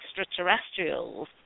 extraterrestrials